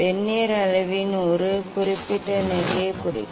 vernier அளவின் ஒரு குறிப்பிட்ட நிலையை குறிக்கும்